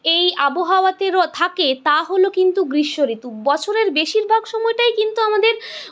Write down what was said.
এই আবহাওয়াতে র থাকে তা হলো কিন্তু গ্রীষ্ম ঋতু বছরের বেশিরভাগ সময়টাই কিন্তু আমাদের